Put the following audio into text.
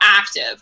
active